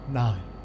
nine